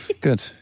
good